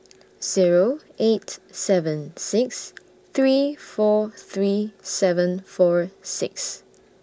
Zero eight seven six three four three seven four six